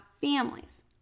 families